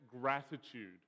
gratitude